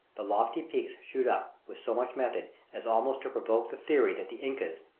the lofty peaks shoot up with so much method as almost to provoke the theory that the incas,